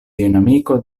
dinamiko